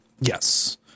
Yes